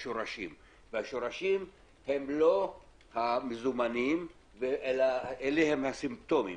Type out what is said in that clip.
השורשים הם לא המזומנים, אלה הסימפטומים,